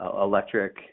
electric